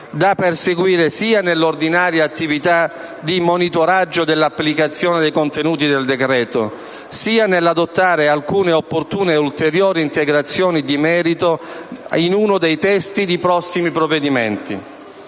da perseguire sia nell'ordinaria attività di monitoraggio dell'applicazione del decreto sia nell'adozione di alcune opportune ulteriori integrazioni di merito al testo di uno dei prossimi provvedimenti.